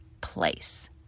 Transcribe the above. place